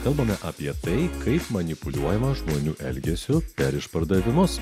kalbame apie tai kaip manipuliuojama žmonių elgesiu per išpardavimus